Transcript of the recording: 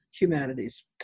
humanities